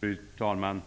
Fru talman!